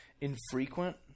infrequent